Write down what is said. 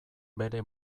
bere